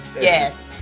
Yes